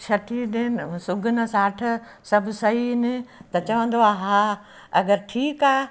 छटीअ दिन सुघनि साठ सभु सही आहिनि त चवंदो आहे हा अगरि ठीकु आहे